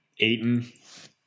Aiden